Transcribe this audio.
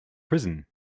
prison